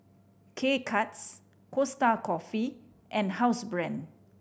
K Cuts Costa Coffee and Housebrand